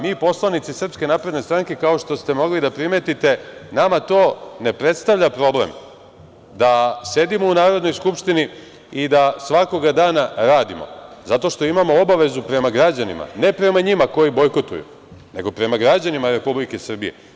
Mi, poslanici SNS, kao što ste mogli da primetite, nama to ne predstavlja problem, da sedimo u Narodnoj skupštini i da svakoga dana radimo zato što imamo obavezu prema građanima, ne prema njima koji bojkotuju, nego prema građanima Republike Srbije.